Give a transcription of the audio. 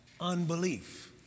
unbelief